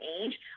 age